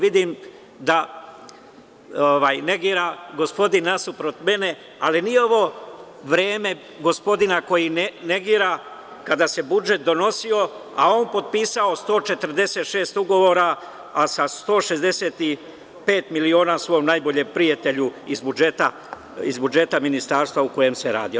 Vidim da negira nasuprot mene ali nije ovo vreme gospodina koji negira kada se budžet donosio, a on potpisao 146 ugovora, a sa 165 miliona svom najboljem prijatelju iz budžeta ministarstva o kojem se radilo.